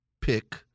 pick